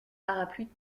parapluies